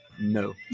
no